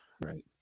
Right